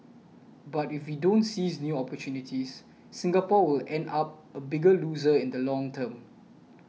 but if we don't seize new opportunities Singapore will end up a bigger loser in the long term